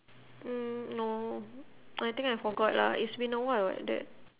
mm no I think I forgot lah it's been a while [what] that